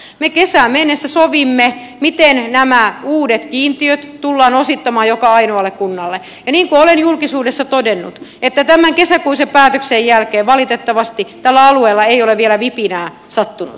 me kesään mennessä sovimme miten nämä uudet kiintiöt tullaan osittamaan joka ainoalle kunnalle ja niin kuin olen julkisuudessa todennut tämän kesäkuisen päätöksen jälkeen valitettavasti tällä alueella ei ole vielä vipinää sattunut